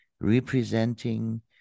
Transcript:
representing